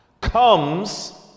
comes